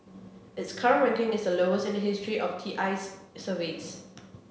its current ranking is the lowest in the history of T I's surveys